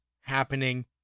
happening